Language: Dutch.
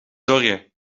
zorgen